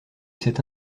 cette